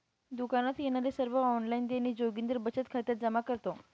दुकानात येणारे सर्व ऑनलाइन देणी जोगिंदर बचत खात्यात जमा करतो